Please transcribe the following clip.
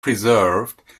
preserved